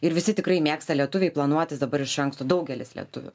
ir visi tikrai mėgsta lietuviai planuotis dabar iš anksto daugelis lietuvių